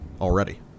already